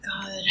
god